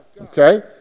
Okay